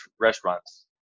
restaurants